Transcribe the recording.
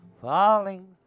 Falling